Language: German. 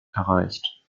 erreicht